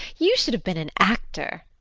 you should have been an actor.